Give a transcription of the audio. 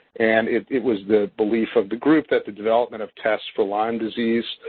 and it was the belief of the group that the development of tests for lyme disease,